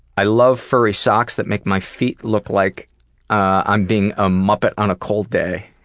i love furry socks that make my feet look like i'm being a muppet on a cold day.